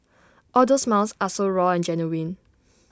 all those smiles are so raw and genuine